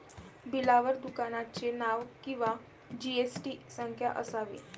बिलावर दुकानाचे नाव किंवा जी.एस.टी संख्या असावी